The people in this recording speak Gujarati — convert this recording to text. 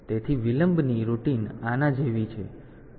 તેથી વિલંબની રૂટીન આના જેવી છે